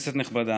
כנסת נכבדה,